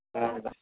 ᱦᱮᱸ